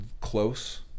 close